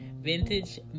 vintage